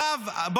הם מצייצים,